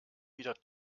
wieder